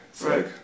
Right